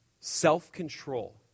Self-control